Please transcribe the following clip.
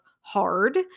hard